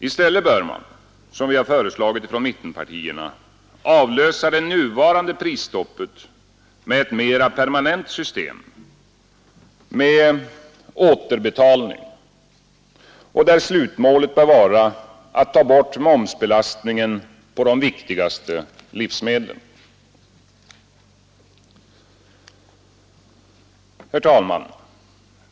I stället bör man, som vi har föreslagit från mittenpartierna, avlösa det nuvarande prisstoppet med ett mera permanent system med återbetalning, där slutmålet bör vara att ta bort momsbelastningen på de viktigaste livsmedlen. Herr talman!